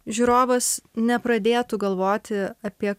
žiūrovas nepradėtų galvoti apie